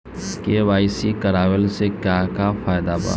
KYC करवला से का का फायदा बा?